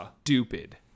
stupid